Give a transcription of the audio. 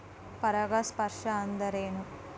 ಪರಾಗಸ್ಪರ್ಶ ಅಂದರೇನು?